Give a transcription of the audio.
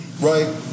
right